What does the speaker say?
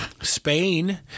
Spain